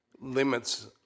limits